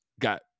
got